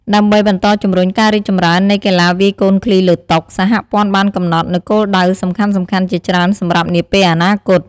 ដើម្បីបន្តជំរុញការរីកចម្រើននៃកីឡាវាយកូនឃ្លីលើតុ សហព័ន្ធបានកំណត់នូវគោលដៅសំខាន់ៗជាច្រើនសម្រាប់នាពេលអនាគត។